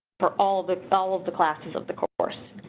for all the follows the classes of the course.